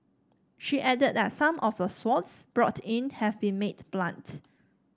she added that some of the swords brought in have been made blunt